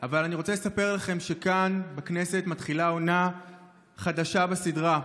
אבל אני רוצה לספר לכם שכאן בכנסת מתחילה עונה חדשה בסדרה,